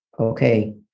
okay